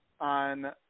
on